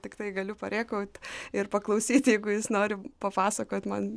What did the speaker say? tiktai galiu parėkaut ir paklausyt jeigu jis nori papasakot man